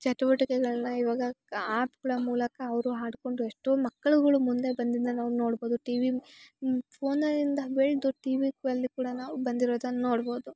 ಚಟುವಟಿಕೆಗಳನ್ನ ಇವಾಗ ಆ್ಯಪ್ಗಳ ಮೂಲಕ ಅವರು ಹಾಡಿಕೊಂಡು ಎಷ್ಟೋ ಮಕ್ಳುಗಳು ಮುಂದೆ ಬಂದಿದನ್ನ ನಾವು ನೋಡ್ಬೌದು ಟಿ ವಿ ಫೋನಲ್ಲಿ ಇಂದ ಬೆಳೆದು ಟಿ ವಿಗ್ ಬರ್ಲಿಕ್ಕೆ ಕೂಡ ನಾವು ಬಂದಿರೋದನ್ನು ನೋಡ್ಬೌದು